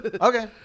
okay